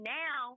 now